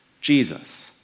Jesus